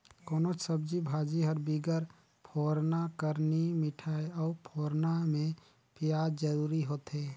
कोनोच सब्जी भाजी हर बिगर फोरना कर नी मिठाए अउ फोरना में पियाज जरूरी होथे